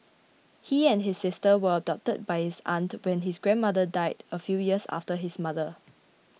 he and his sister were adopted by his aunt when his grandmother died a few years after his mother